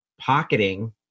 pocketing